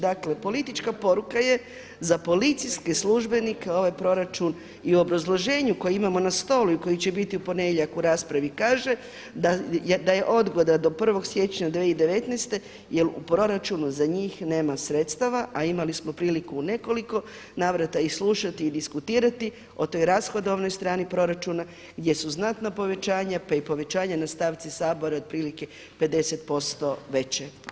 Dakle politička poruka je za policijske službenike ovaj proračun i u obrazloženju koje imamo na stolu i koje će biti u ponedjeljak u raspravi kaže da je odgoda do 1. siječnja 2019. jel u proračunu za njih nema sredstava a imali smo priliku u nekoliko navrata i slušati i diskutirati o toj rashodovnoj strani proračuna gdje su znatna povećanja pa i povećanja na stavci Sabora je otprilike 50% veće.